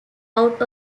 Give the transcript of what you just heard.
out